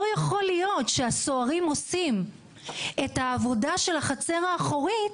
לא יכול להיות שהסוהרים עושים את העבודה של החצר האחורית